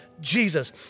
Jesus